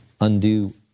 undo